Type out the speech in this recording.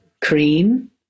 Cream